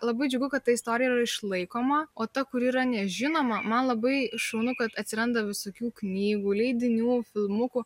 labai džiugu kad ta istorija yra išlaikoma o ta kuri yra nežinoma man labai šaunu kad atsiranda visokių knygų leidinių filmukų